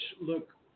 look